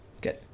Good